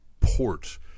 port